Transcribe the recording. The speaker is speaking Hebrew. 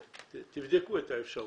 תבדקו את האפשרות.